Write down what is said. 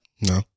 No